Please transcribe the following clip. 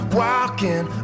walking